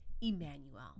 Emmanuel